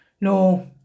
no